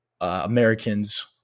Americans